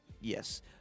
Yes